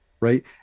right